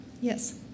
Yes